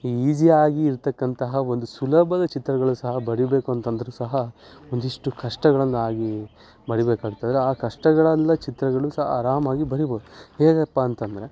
ಈ ಈಸಿಯಾಗಿ ಇರತಕ್ಕಂತಹ ಒಂದು ಸುಲಭದ ಚಿತ್ರಗಳು ಸಹ ಬರೀಬೇಕು ಅಂತಂದ್ರೂ ಸಹ ಒಂದಿಷ್ಟು ಕಷ್ಟಗಳನ್ನಾಗಿ ಬರಿಬೇಕಾಗ್ತದೆ ಆ ಕಷ್ಟಗಳಲ್ಲಿ ಚಿತ್ರಗಳು ಸಹ ಆರಾಮಾಗಿ ಬರಿಬೋದು ಹೇಗಪ್ಪ ಅಂತಂದರೆ